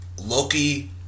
Loki